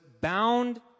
bound